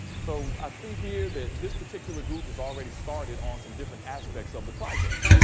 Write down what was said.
so i see here that this particular group has already started on some different aspects of the project.